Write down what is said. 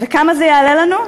וכמה זה יעלה לנו?